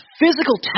physical